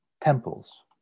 temples